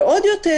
ועוד יותר